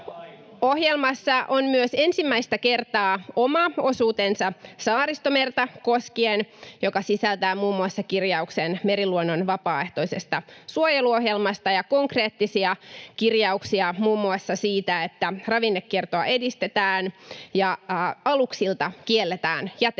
Ohjelmassa on myös ensimmäistä kertaa oma osuutensa Saaristomerta koskien, ja se sisältää muun muassa kirjauksen meriluonnon vapaaehtoisesta suojeluohjelmasta ja konkreettisia kirjauksia muun muassa siitä, että ravinnekiertoa edistetään ja aluksilta kielletään jätevesien